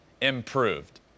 improved